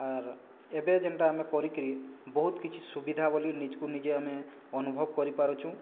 ଆର୍ ଏବେ ଯେଣ୍ଟା ଆମେ କରିକିରି ବହୁତ କିଛି ସୁବିଧା ବୋଲି ନିଜକୁ ନିଜେ ଆମେ ଅନୁଭବ କରିପାରୁଛୁ